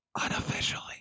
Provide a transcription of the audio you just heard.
unofficially